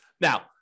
Now